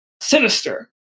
sinister